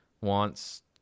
wants –